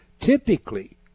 typically